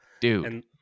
dude